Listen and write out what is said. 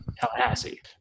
Tallahassee